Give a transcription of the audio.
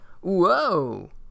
Whoa